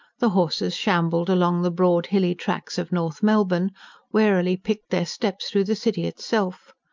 the horses shambled along the broad, hilly tracks of north melbourne warily picked their steps through the city itself.